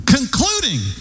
Concluding